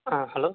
ஆ hello